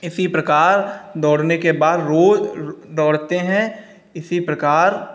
इसी प्रकार दौड़ने के बाद रोज़ दौड़ते हैं इसी प्रकार